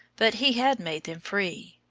but he had made them free,